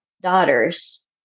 daughters